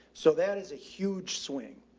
so that is a huge swing.